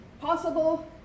possible